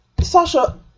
Sasha